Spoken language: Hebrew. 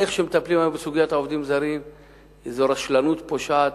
האופן שבו מטפלים היום בסוגיית העובדים הזרים הוא רשלנות פושעת,